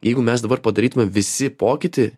jeigu mes dabar padarytume visi pokytį